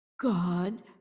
God